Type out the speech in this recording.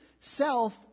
self